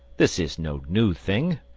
this is no new thing,